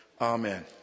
Amen